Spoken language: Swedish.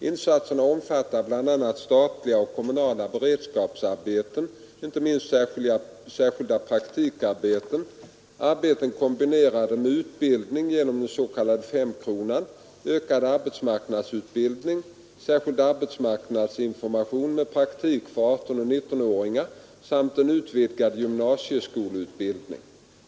Insatserna omfattar bl.a. statliga och kommunala beredskapsarbeten, inte minst särskilda praktikarbeten, arbeten kombinerade med utbildning genom den s.k. femkronan, ökad arbetsmarknadsutbildning, särskild arbetsmarknadsinformation med praktik för 18 och 19-åringar samt en utvidgad gymnasieskoleutbildning.